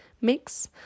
mix